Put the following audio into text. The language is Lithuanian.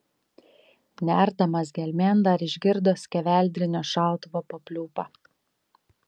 nerdamas gelmėn dar išgirdo skeveldrinio šautuvo papliūpą